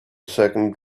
second